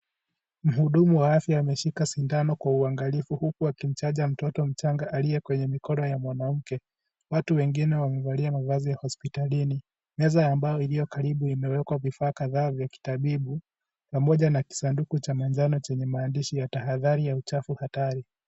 Mhudumu wa afya ameshika sindano kwa uangalifu huku akimchanja mtoto mchanga aliye kwenye mikono ya mwanamke, watu wengine wamevalia mavazi ya hospitalini, meza ya mbao iliokaribu imewekwa vifaa kadhaa vya kitabibu pamoja na kisanduku cha manjano chenye maandishi ya tahathari ya uchafu hatari.